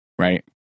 right